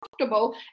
comfortable